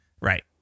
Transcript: Right